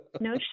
No